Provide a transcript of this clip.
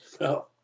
no